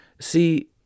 See